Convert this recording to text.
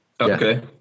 okay